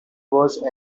was